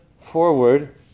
forward